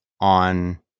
on